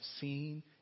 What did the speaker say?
seen